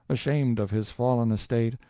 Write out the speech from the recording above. ashamed of his fallen estate,